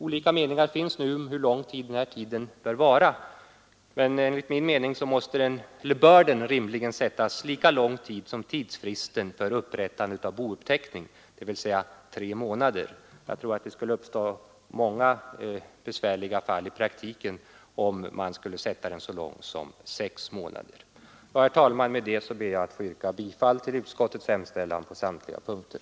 Olika meningar finns om hur lång den tiden bör vara. Enligt min mening bör den rimligtvis vara densamma som tidsfristen för upprättande av bouppteckning, dvs. tre månader. Jag tror att många besvärliga situationer skulle uppstå i praktiken om den skulle sättas till sex månader. Herr talman! Med detta ber jag att få yrka bifall till utskottets hemställan på samtliga punkter.